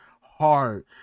hard